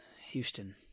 Houston